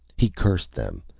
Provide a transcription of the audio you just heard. he cursed them,